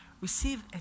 receive